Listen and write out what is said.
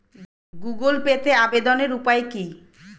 Google পেতে আবেদনের উপায় কি?